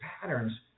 patterns